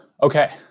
Okay